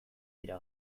dira